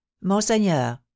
Monseigneur